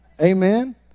Amen